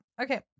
okay